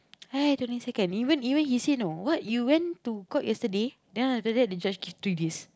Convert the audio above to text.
[aiya] twenty second even even he say you know what you went to court yesterday then after that they just give three days